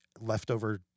leftover